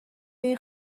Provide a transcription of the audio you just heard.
این